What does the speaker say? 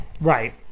Right